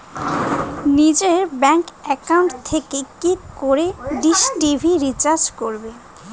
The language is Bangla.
নিজের ব্যাংক একাউন্ট থেকে কি করে ডিশ টি.ভি রিচার্জ করবো?